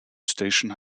station